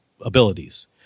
abilities